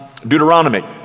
Deuteronomy